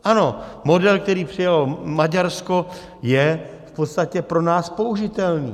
Ano, model, který přijalo Maďarsko, je v podstatě pro nás použitelný.